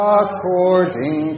according